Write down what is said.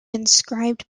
inscribed